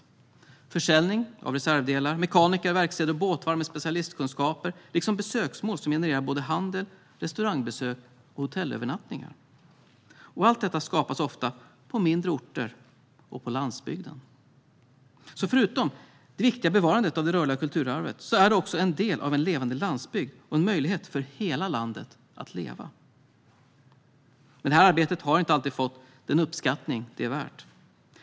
Det handlar till exempel om försäljning av reservdelar, om mekaniker, verkstäder och båtvarv med specialistkunskaper och om besöksmål som genererar handel, restaurangbesök och hotellövernattningar. Allt detta skapas ofta på mindre orter och på landsbygden. Förutom det viktiga bevarandet av det rörliga kulturarvet är det också en del av en levande landsbygd och en möjlighet för hela landet att leva. Men det här arbetet har inte alltid fått den uppskattning som det är värt.